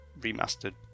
Remastered